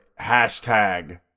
hashtag